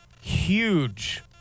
huge